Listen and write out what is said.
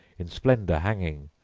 in splendor hanging,